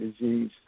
disease